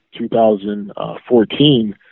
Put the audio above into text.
2014